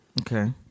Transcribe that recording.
Okay